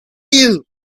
you